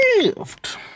gift